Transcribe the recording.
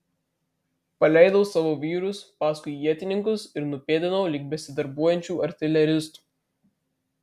paleidau savo vyrus paskui ietininkus ir nupėdinau link besidarbuojančių artileristų